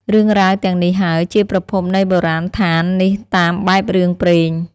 រឿងរ៉ាវទាំងនេះហើយ ជាប្រភពនៃបុរាណដ្ឋាននេះតាមបែបរឿងព្រេង ។